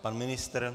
Pan ministr?